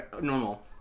normal